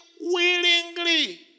willingly